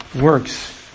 works